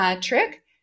trick